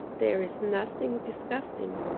there is nothing disgusting.